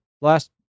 last